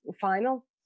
final